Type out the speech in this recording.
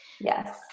Yes